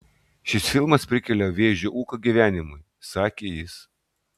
šis filmas prikelia vėžio ūką gyvenimui sakė jis